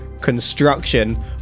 construction